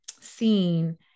seen